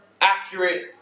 Accurate